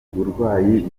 uburwayi